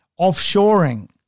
Offshoring